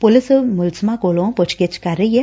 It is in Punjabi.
ਪੁਲਿਸ ਮੁੱਲਜੁਮਾਂ ਕੋਲੋਂ ਪੁੱਛਗਿੱਛ ਕਰ ਰਹੀ ਏ